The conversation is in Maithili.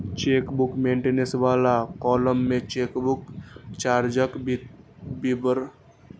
चेकबुक मेंटेनेंस बला कॉलम मे चेकबुक चार्जक विवरण दर्ज रहै छै